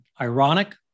ironic